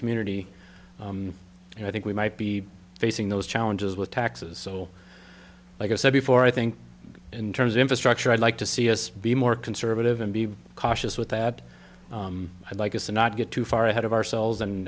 community and i think we might be facing those challenges with taxes so like i said before i think in terms of infrastructure i'd like to see us be more conservative and be cautious with that i'd like us to not get too far ahead of ourselves and